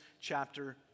chapter